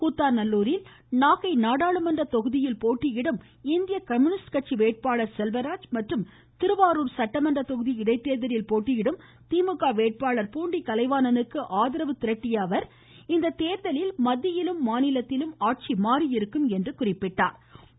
கூத்தாநல்லூரில் நாகை நாடாளுமன்ற தொகுதிக்கு போட்டியிடும் இந்திய கம்யூனிஸ்ட் கட்சி வேட்பாளர் செல்வராஜ் மற்றும் திருவாரூர் சட்டமன்ற தொகுதி இடைத்தேர்தலில் போட்டியிடும் திமுக வேட்பாளர் பூண்டி கலைவாணனுக்கு ஆதரவு அளிக்ககோரி அவர் பேசுகையில் இந்த தேர்தலில் மத்தியிலும் மாநிலத்திலும் ஆட்சி மாறியிருக்கும் என்று குறிப்பிட்டார்